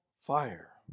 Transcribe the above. fire